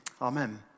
Amen